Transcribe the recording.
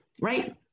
right